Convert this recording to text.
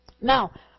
Now